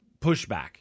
pushback